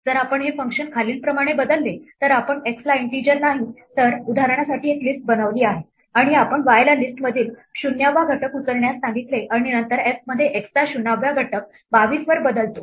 जर आपण हे फंक्शन खालीलप्रमाणे बदलले तर आपण x ला इन्टिजर नाही तर उदाहरणासाठी एक लिस्ट बनवली आहे आणि आपण y ला लिस्टमधील 0 वा घटक उचलण्यास सांगितले आणि नंतर f मध्ये x चा 0 वा घटक 22 वर बदलतो